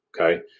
Okay